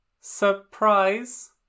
Surprise